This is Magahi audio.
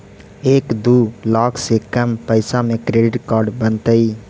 एक दू लाख से कम पैसा में क्रेडिट कार्ड बनतैय?